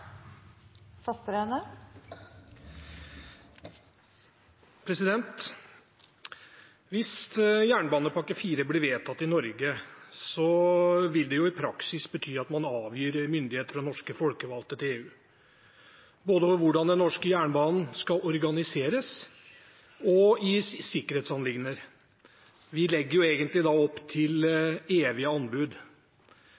Hvis jernbanepakke IV blir vedtatt i Norge, vil det i praksis bety at man avgir myndighet fra norske folkevalgte til EU, både når det gjelder hvordan den norske jernbanen skal organiseres, og i sikkerhetsanliggender. Vi legger da egentlig opp til